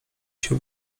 się